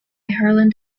harland